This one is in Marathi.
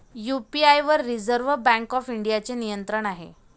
यू.पी.आय वर रिझर्व्ह बँक ऑफ इंडियाचे नियंत्रण आहे